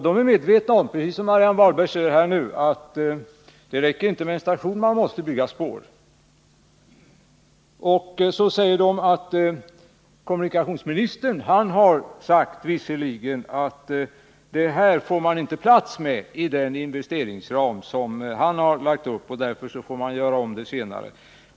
De är medvetna om, precis som Marianne Wahlberg säger, att det inte räcker med en station, man måste bygga spår. Kommunikationsministern har visserligen sagt att man inte får plats med detta inom den investeringsram han gjort upp, därför får man ta upp detta senare.